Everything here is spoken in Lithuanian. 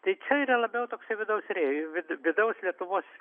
tai čia yra labiau toksai vidaus rei vidaus lietuvos